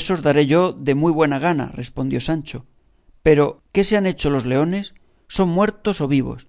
ésos daré yo de muy buena gana respondió sancho pero qué se han hecho los leones son muertos o vivos